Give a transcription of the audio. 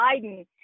Biden